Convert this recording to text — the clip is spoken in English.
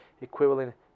equivalent